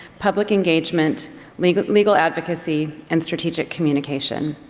public engagement legal legal advocacy and strategic communication.